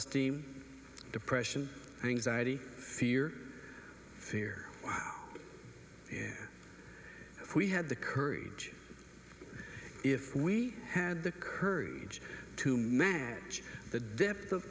esteem depression anxiety fear fear fear if we had the courage if we had the courage to manage the depth of